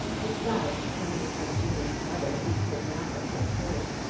besides, coming from jimmy's mother, he could not have been hurt.